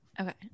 okay